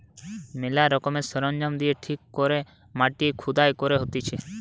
ম্যালা রকমের সরঞ্জাম দিয়ে ঠিক করে মাটি খুদাই করা হতিছে